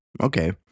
Okay